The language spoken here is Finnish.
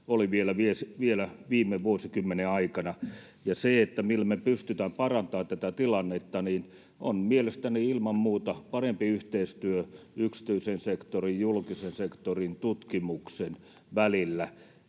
oli vielä viime vuosikymmenen aikana. Ja se, millä me pystytään parantamaan tätä tilannetta, on mielestäni ilman muuta parempi yhteistyö yksityisen sektorin, julkisen sektorin, tutkimuksen välillä.